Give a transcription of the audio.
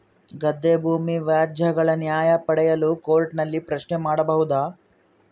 ಗದ್ದೆ ಭೂಮಿ ವ್ಯಾಜ್ಯಗಳ ನ್ಯಾಯ ಪಡೆಯಲು ಕೋರ್ಟ್ ನಲ್ಲಿ ಪ್ರಶ್ನೆ ಮಾಡಬಹುದಾ?